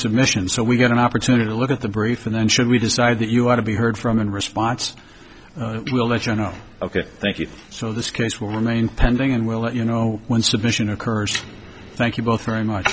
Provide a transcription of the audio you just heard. submissions so we get an opportunity to look at the brief and then should we decide that you want to be heard from in response we'll let you know ok thank you so this case will remain pending and we'll let you know when submission occurs thank you both very much